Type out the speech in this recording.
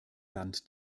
land